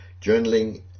journaling